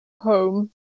home